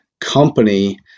company